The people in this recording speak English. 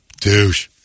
douche